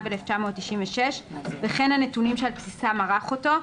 התשנ"ו-1996 וכן הנתונים שעל בסיסם ערך אותו.